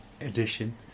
edition